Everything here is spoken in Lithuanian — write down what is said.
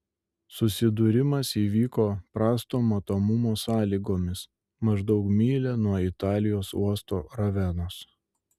susidūrimas įvyko prasto matomumo sąlygomis maždaug mylia nuo italijos uosto ravenos